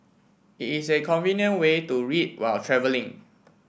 it is a convenient way to read while travelling